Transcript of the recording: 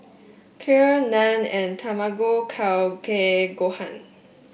Kheer Naan and Tamago Kake Gohan